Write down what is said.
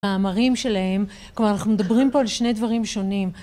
מאמרים שלהם, כלומר אנחנו מדברים פה על שני דברים שונים.